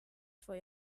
for